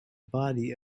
body